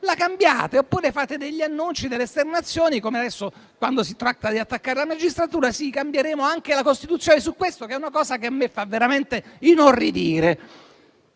la cambiate, oppure fate degli annunci, delle esternazioni: ad esempio, adesso, quando si tratta di attaccare la magistratura, dite che cambierete la Costituzione anche su questo. È una cosa che mi fa veramente inorridire.